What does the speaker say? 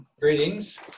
Greetings